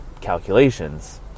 calculations